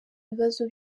ibibazo